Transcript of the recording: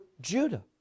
Judah